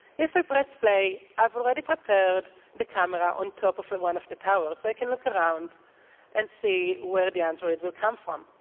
if i press play, i've already prepared the camera on top of of one of the towers, so i can look around and see where the androids come from.